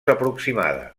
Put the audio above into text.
aproximada